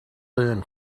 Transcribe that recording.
learn